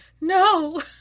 no